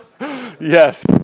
yes